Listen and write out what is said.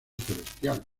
celestial